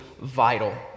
vital